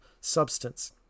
substance